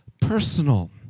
personal